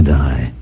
die